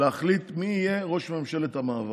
להחליט מי יהיה ראש ממשלת המעבר.